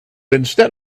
instead